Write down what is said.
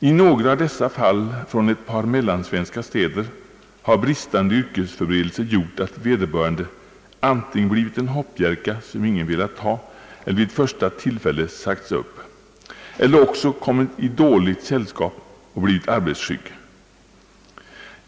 I några av dessa fall från ett par mellansvenska städer har bristande yrkesförberedelse gjort att vederbörande antingen blivit en hoppjerka, som ingen velat ha eller vid första tillfälle sagt upp, eller också kommit i dåligt sällskap och blivit arbetsskygg.